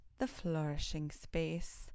theflourishingspace